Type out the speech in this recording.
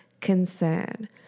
concern